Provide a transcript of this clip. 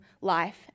life